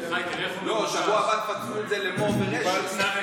לא, בשבוע הבא יפרקו את זה למור ורשת.